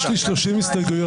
יש לי 30 הסתייגויות.